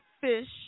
fish